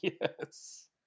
Yes